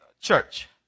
church